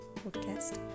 podcast